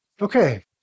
Okay